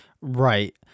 Right